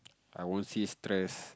I won't say stressed